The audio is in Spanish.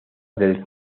del